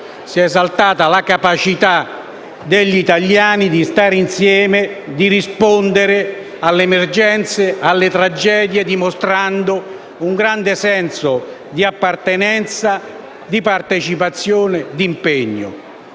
stata esaltata la capacità degli italiani a stare insieme e a rispondere alle emergenze e tragedie dimostrando un grande senso di appartenenza, di partecipazione e d'impegno;